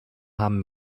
haben